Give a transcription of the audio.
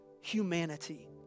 humanity